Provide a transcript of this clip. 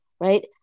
right